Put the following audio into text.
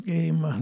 Game